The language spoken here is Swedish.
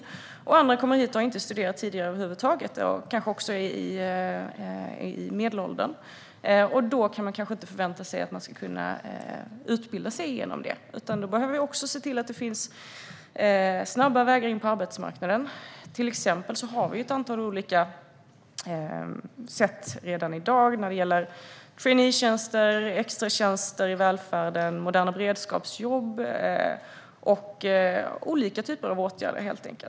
Ytterligare andra som kommer hit har inte studerat över huvud taget tidigare och är kanske i medelåldern. Då kan man kanske inte förvänta sig att de kan utbilda sig igenom detta. Vi behöver därför se till att det även finns snabba vägar in på arbetsmarknaden. Redan i dag har vi olika sätt, till exempel traineetjänster, extratjänster i välfärden och moderna beredskapsjobb. Det handlar helt enkelt om åtgärder av olika slag.